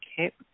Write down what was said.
Okay